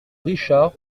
richard